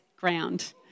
ground